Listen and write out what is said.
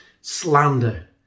slander